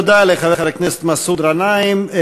תודה לחבר הכנסת מסעוד גנאים.